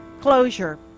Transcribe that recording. Closure